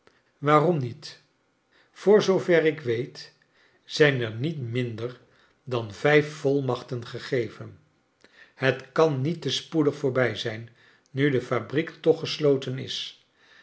waarom niet voor zoover ik weet zijn er niet minder dan vijf volmachten gegeven het kan niet te spoedig voorbiji zijn nu de fabriek toch gesloten is